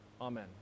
Amen